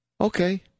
Okay